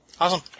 Awesome